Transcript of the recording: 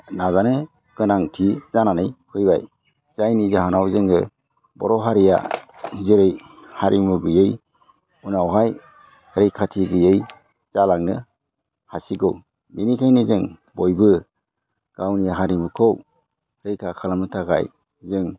नाजानो गोनांथि जानानै फैबाय जायनि जाहोनाव जोङो बर' हारिया जेरै हारिमु गैयै उनावहाय रैखाथि गैयै जालांनो हासिगौ बेनिखायनो जों बयबो गावनि हारिमुखौ रैखा खालामनो थाखाय जों